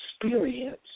experience